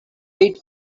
wait